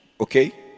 okay